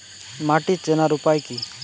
মাটি চেনার উপায় কি?